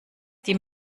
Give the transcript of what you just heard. die